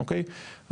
אוקיי?